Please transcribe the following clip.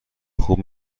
خوب